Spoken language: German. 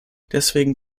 deswegen